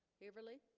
haverly